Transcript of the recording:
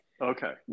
Okay